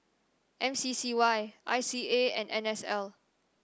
M C C Y I C A and N S L